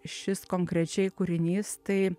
šis konkrečiai kūrinys tai